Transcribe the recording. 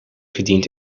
verdient